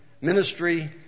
Ministry